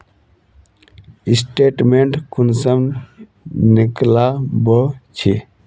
Statement कुंसम निकलाबो छी?